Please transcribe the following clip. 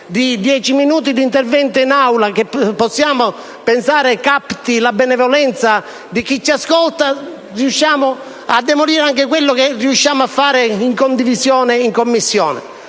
di dieci minuti di intervento in Aula, che pensiamo possa captare la benevolenza di chi ci ascolta, riusciamo a demolire anche quello che riusciamo a fare in Commissione in uno spirito